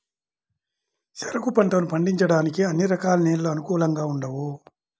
చెరుకు పంటను పండించడానికి అన్ని రకాల నేలలు అనుకూలంగా ఉండవు